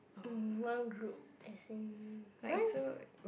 mm one group as in nine